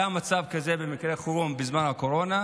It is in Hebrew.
היה מצב כזה במקרה חירום בזמן הקורונה.